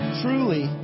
truly